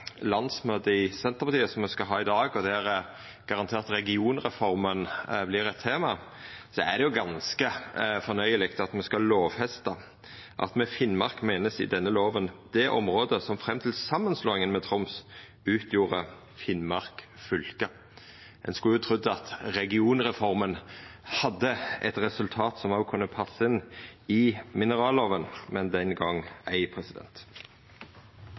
landsmøtet i Senterpartiet, som me skal ha i dag, og der regionreforma garantert vert eit tema, er det ganske fornøyeleg at me skal lovfesta dette: «Med Finnmark menes i denne loven det området som frem til sammenslåingen med Troms utgjorde Finnmark fylke.» Ein skulle jo tru at regionreforma hadde eit resultat som òg kunna passa inn i minerallova, men den gong ei. Først som sist vil eg